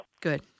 good